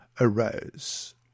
arose